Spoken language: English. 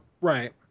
Right